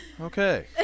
Okay